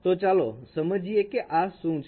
તો ચાલો સમજીએ કે આ શું છે